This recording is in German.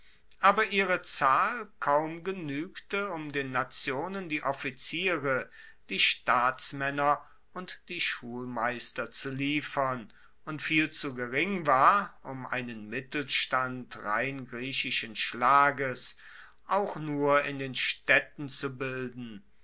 aber ihre zahl kaum genuegte um den nationen die offiziere die staatsmaenner und die schulmeister zu liefern und viel zu gering war um einen mittelstand rein griechischen schlages auch nur in den staedten zu bilden